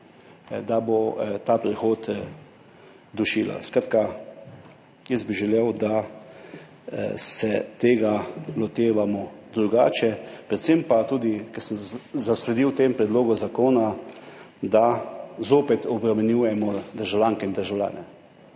Ta prehod bo dušila. Skratka, jaz bi želel, da se tega lotevamo drugače. Predvsem pa tudi, kot sem zasledil v tem predlogu zakona, zopet obremenjujemo državljanke in državljane.